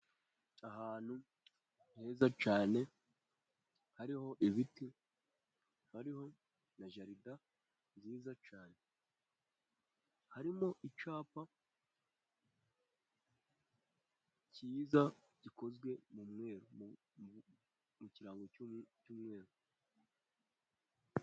Ahantu heza cyane. Harihoho ibiti, hariho na jalide nziza cyane. Harimo icyapa cyiza gikozwe mu mweru, mu kirango cyo mu mweru.